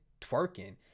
twerking